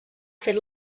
fet